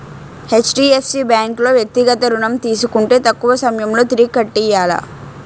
HDFC bank లో వ్యక్తిగత ఋణం తీసుకుంటే తక్కువ సమయంలో తిరిగి కట్టియ్యాల